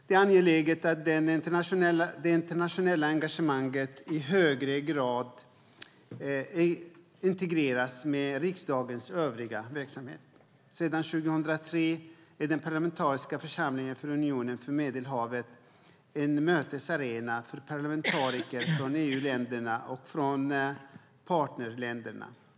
Det är angeläget att det internationella engagemanget i högre grad integreras med riksdagens övriga verksamhet. Sedan 2003 är den parlamentariska församlingen för Unionen för Medelhavet en mötesarena för parlamentariker från EU-länderna och från partnerländerna.